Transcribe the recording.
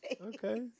Okay